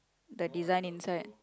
the design inside